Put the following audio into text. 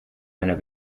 meiner